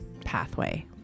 pathway